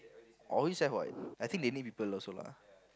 always have what I think they need people also lah